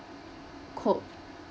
cope